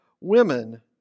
women